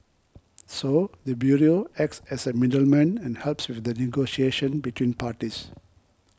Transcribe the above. so the bureau acts as a middleman and helps with the negotiation between parties